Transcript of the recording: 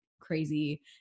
crazy